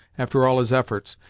after all his efforts,